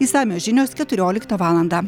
išsamios žinios keturioliktą valandą